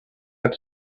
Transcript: had